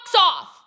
off